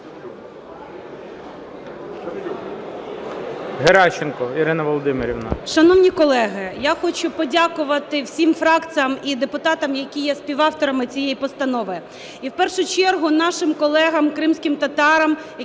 Геращенко Ірина Володимирівна.